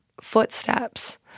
footsteps